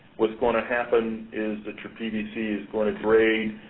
what's going to happen is that your pvc is going to degrade.